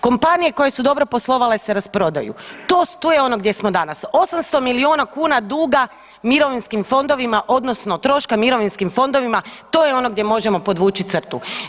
Kompanije koje su dobro poslovale se rasprodaju, to je ono gdje smo danas, 800 milijuna kn duga mirovinskim fondovima odnosno troška mirovinskim fondovima to je ono gdje možemo podvući crtu.